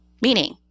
meaning